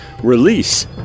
release